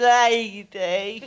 lady